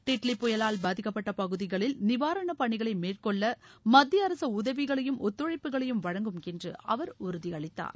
டிட்லி புயலால் பாதிக்கப்பட்ட பகுதிகளில் நிவாரண பணிகளை மேற்கொள்ள மத்திய அரசு உதவிகளையும் ஒத்துழைப்புகளையும் வழங்கும் என்று அவர் உறுதியளித்தார்